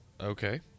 Okay